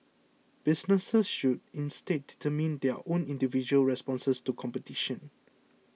businesses should instead determine their own individual responses to competition